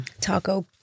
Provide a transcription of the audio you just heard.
Taco